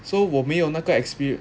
so 我没有那个 experience